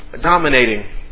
dominating